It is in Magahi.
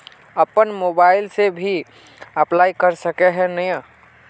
अपन मोबाईल से भी अप्लाई कर सके है नय?